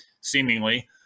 seemingly